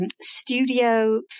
Studio